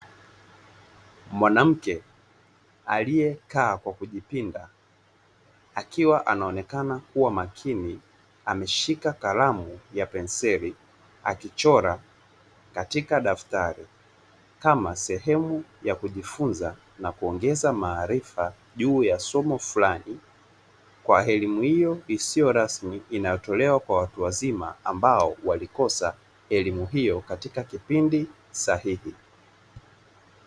Mwanamke aliyekaa kwa kujipinda akiwa anaonekana kuwa makini ameshika kalamu ya penseli, akichora katika daftari kama sehemu ya kujifunza na kuongeza maarifa juu ya somo fulani, kwa elimu hiyo isiyo rasmi inayotolewa kwa watu wazima ambao walikosa elimu hiyo katika kipindi sahihi.